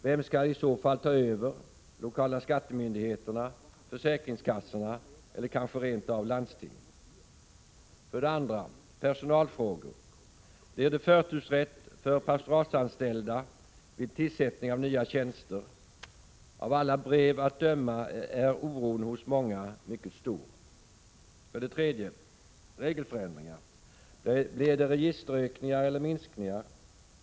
Vem skall i så fall ta över, lokala skattemyndigheterna, försäkringskassorna eller kanske rent av landstingen? 2. Personalfrågor. Blir det förtursrätt för pastoratsanställda vid tillsättning av nya tjänster? Av alla brev att döma är oron hos många mycket stor. 3. Regelförändringar. Blir det registerökning eller minskning?